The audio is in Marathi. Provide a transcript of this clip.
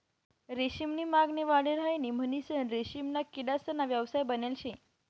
रेशीम नी मागणी वाढी राहिनी म्हणीसन रेशीमना किडासना व्यवसाय बनेल शे